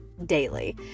daily